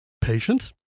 patience